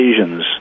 occasions